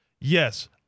yes